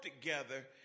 together